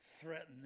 threaten